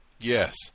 yes